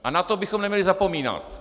A na to bychom neměli zapomínat.